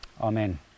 amen